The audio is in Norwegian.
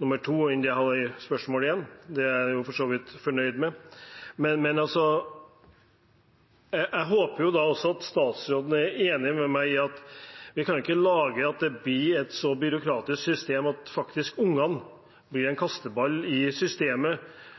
nummer to enn i spørsmål én. Det er jeg for så vidt fornøyd med. Men jeg håper at statsråden er enig med meg i at vi ikke kan lage et så byråkratisk system at ungene blir en